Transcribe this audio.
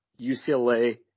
UCLA